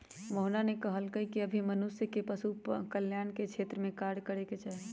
मोहना ने कहल कई की सभी मनुष्य के पशु कल्याण के क्षेत्र में कार्य करे के चाहि